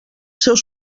seus